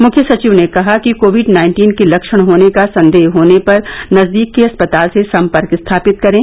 मुख्य सचिव ने कहा कि कोविड नाइन्टीन के लक्षण होने का संदेह होने पर नजदीक के अस्पताल से सम्पर्क स्थापित करें